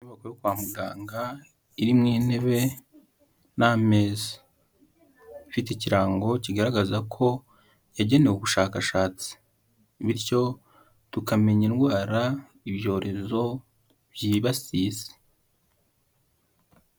Inyubako yo kwa muganga irimo intebe n'ameza ifite ikirango kigaragaza ko yagenewe ubushakashatsi, bityo tukamenya indwara ibyorezo byibasiye isi.